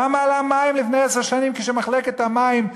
כמה עלו המים לפני עשר שנים, כשמחלקת המים,